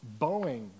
Boeing